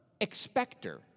expector